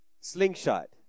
Slingshot